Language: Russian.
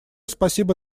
спасибо